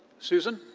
susan?